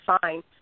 fine